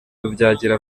rubyagira